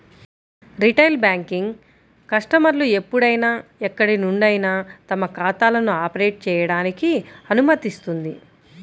retail banking కస్టమర్లు ఎప్పుడైనా ఎక్కడి నుండైనా తమ ఖాతాలను ఆపరేట్ చేయడానికి అనుమతిస్తుంది